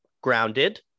grounded